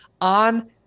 on